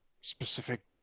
specific